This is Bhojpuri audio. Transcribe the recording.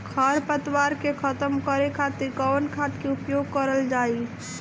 खर पतवार के खतम करे खातिर कवन खाद के उपयोग करल जाई?